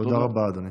תודה רבה, אדוני.